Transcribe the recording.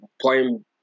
playing